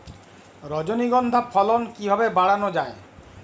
রজনীগন্ধা ফলন কিভাবে বাড়ানো যায়?